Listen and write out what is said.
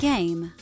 Game